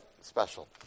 special